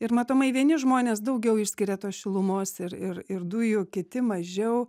ir matomai vieni žmonės daugiau išskiria tos šilumos ir ir ir dujų kiti mažiau